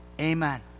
Amen